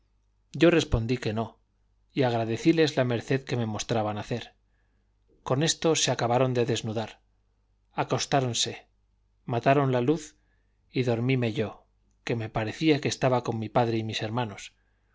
yo respondí que no y agradecíles la merced que me mostraban hacer con esto se acabaron de desnudar acostáronse mataron la luz y dormíme yo que me parecía que estaba con mi padre y mis hermanos